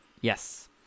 yes